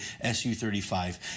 Su-35